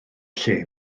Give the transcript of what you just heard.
lle